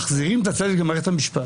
מחזירים את הצדק למערכת המשפט.